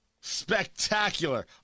spectacular